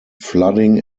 flooding